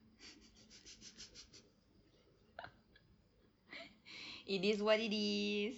it is what it is